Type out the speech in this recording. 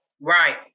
Right